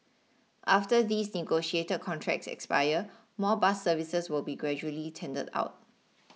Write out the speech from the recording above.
after these negotiated contracts expire more bus services will be gradually tendered out